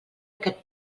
aquest